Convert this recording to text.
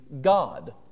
God